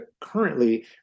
currently